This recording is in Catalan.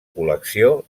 col·lecció